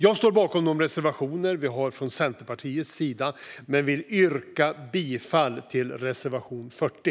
Jag står bakom Centerpartiets reservationer, och jag yrkar bifall till reservation 40.